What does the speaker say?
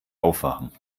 aufwachen